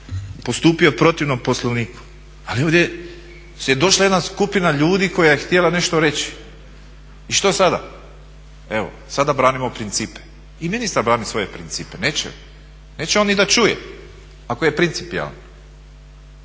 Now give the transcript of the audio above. postupio protivno Poslovniku. Ali ovdje je došla jedna skupina ljudi koja je htjela nešto reći. I što sada? evo sada branimo principe i ministar brani svoje principe, neće on ni da čuje ako je principijelan.